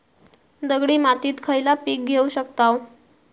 दगडी मातीत खयला पीक घेव शकताव?